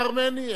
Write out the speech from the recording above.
אין על זה ויכוח.